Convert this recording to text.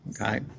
Okay